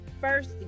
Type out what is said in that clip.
first